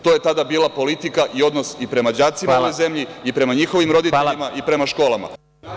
To je tada bila politika i odnosi prema đacima u ovoj zemlji i prema njihovim roditeljima i prema školama.